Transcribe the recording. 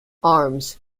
arms